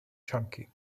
chunky